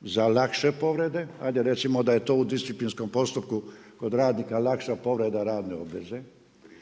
za lakše povrede. Hajde recimo da je to u disciplinskom postupku kod radnika lakša povreda radne obveze